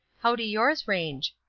how do yours range?